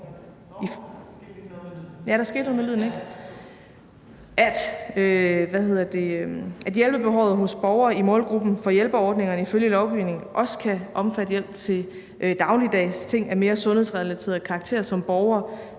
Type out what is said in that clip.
at hjælpebehovet hos borgere i målgruppen for hjælpeordningerne ifølge lovgivningen også kan omfatte hjælp til dagligdags ting af mere sundhedsrelateret karakter, som borgere